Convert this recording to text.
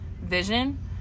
vision